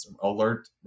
alert